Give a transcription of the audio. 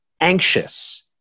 anxious